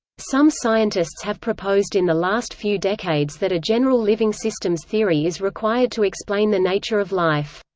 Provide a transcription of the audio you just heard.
some scientists have proposed in the last few decades that a general living systems theory is required to explain the nature of life.